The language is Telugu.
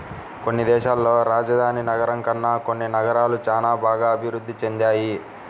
కొన్ని దేశాల్లో రాజధాని నగరం కన్నా కొన్ని నగరాలు చానా బాగా అభిరుద్ధి చెందాయి